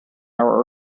our